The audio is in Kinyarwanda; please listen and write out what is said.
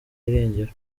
irengero